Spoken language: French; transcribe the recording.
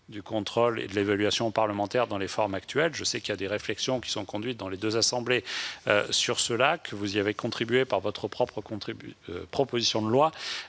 du contrôle et de l'évaluation parlementaires dans ses formes actuelles. Je sais que des réflexions sont conduites dans les deux assemblées sur ce sujet et que vous y avez contribué par votre propre proposition de loi.